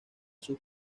sus